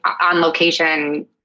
on-location